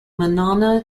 monona